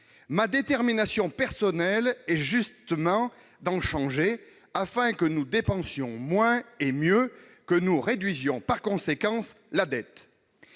ma détermination personnelle est justement d'en changer, afin que nous dépensions moins et mieux, que nous réduisions par conséquent la dette